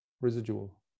Residual